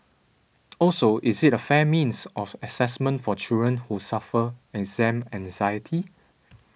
also is it a fair means of assessment for children who suffer exam anxiety